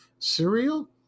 Cereal